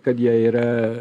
kad jie yra